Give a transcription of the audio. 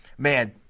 Man